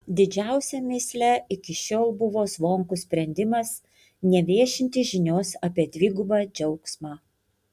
didžiausia mįsle iki šiol buvo zvonkų sprendimas neviešinti žinios apie dvigubą džiaugsmą